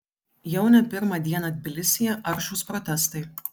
jau ne pirmą dieną tbilisyje aršūs protestai